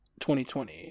2020